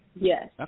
Yes